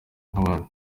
nk’abandi